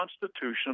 Constitution